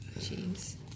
cheese